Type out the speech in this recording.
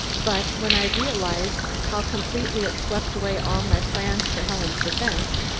but when i realized how completely it swept away all my plans for helen's defense,